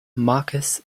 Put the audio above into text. marcus